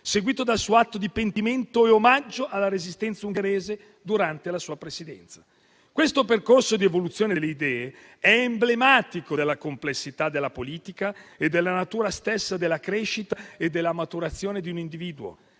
seguito dal suo atto di pentimento e omaggio alla resistenza ungherese durante la sua presidenza. Questo percorso di evoluzione delle idee è emblematico della complessità della politica e della natura stessa della crescita e della maturazione di un individuo.